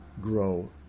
grow